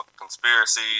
conspiracy